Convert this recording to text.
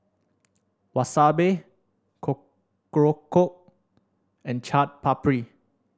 Wasabi Korokke and Chaat Papri